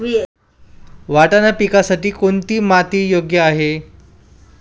वाटाणा पिकासाठी कोणती माती योग्य आहे?